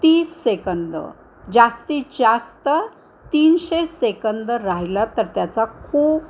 तीस सेकंद जास्तीत जास्त तीनशे सेकंद राहिलं तर त्याचा खूप